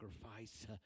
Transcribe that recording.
sacrifice